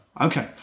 Okay